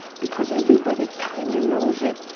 because everybody kind of knows it,